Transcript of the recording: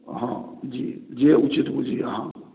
हाँ जी जे उचीत बुझी अहाँ